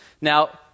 Now